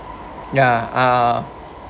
ya ah